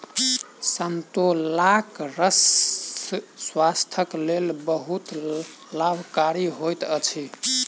संतोलाक रस स्वास्थ्यक लेल बहुत लाभकारी होइत अछि